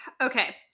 Okay